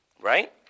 Right